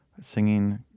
singing